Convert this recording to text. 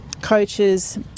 coaches